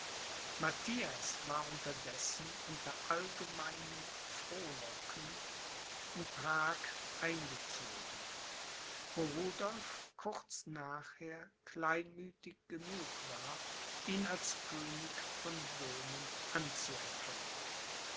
matthias war unterdessen unter allgemeinem frohlocken in prag eingezogen wo rudolph kurz nachher kleinmüthig genug war ihn als könig von böhmen anzuerkennen